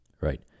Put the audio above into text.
right